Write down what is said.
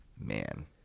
man